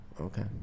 Okay